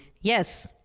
Yes